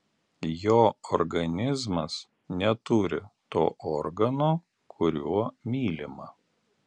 jo organizmas neturi to organo kuriuo mylima